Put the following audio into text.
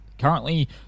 currently